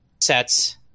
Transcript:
sets